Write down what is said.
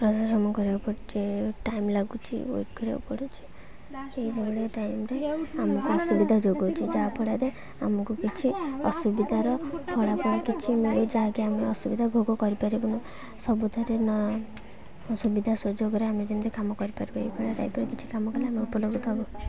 ପରିଶ୍ରମ କରିବାକୁ ପଡ଼ୁଛି ଟାଇମ୍ ଲାଗୁଛି ୱେଟ୍ କରିବାକୁ ପଡ଼ୁଛି ସେଇଭଳିଆ ଟାଇମ୍ରେ ଆମକୁ ଅସୁବିଧା ଯୋଗାଉଛି ଯାହାଫଳରେ ଆମକୁ କିଛି ଅସୁବିଧାର ଫଳାଫଳ କିଛି ମିଳୁ ଯାହାକି ଆମେ ଅସୁବିଧା ଭୋଗ କରିପାରିବୁ ନୁ ସବୁଥିରେ ସୁବିଧା ସୁଯୋଗରେ ଆମେ ଯେମିତି କାମ କରିପାରିବୁ ଏଇଭଳିଆ ଟାଇପ୍ରେ କିଛି କାମ କଲେ ଆମେ ଉପଲବ୍ଧ ହେବ